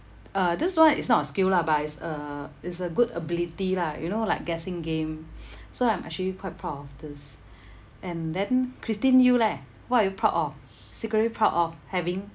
uh this [one] is not a skill lah but it's a it's a good ability lah you know like guessing game so I'm actually quite proud of this and then christine you leh what are you proud of secretly proud of having